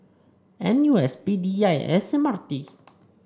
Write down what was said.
N U S P D I and S M R T